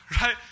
right